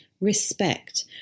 respect